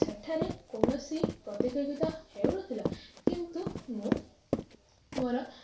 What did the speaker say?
ସେଠାରେ କୌଣସି ପ୍ରତିଯୋଗିତା ହେଉନଥିଲା କିନ୍ତୁ ମୁଁ ମୋର